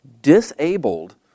disabled